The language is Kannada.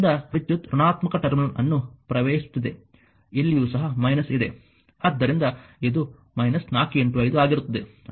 ಆದ್ದರಿಂದ ವಿದ್ಯುತ್ ಋಣಾತ್ಮಕ ಟರ್ಮಿನಲ್ ಅನ್ನು ಪ್ರವೇಶಿಸುತ್ತೀದೆ ಇಲ್ಲಿಯೂ ಸಹ − ಇದೆ ಆದ್ದರಿಂದ ಇದು −4 5 ಆಗಿರುತ್ತದೆ